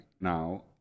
now